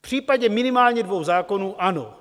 V případě minimálně dvou zákonů ano.